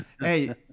hey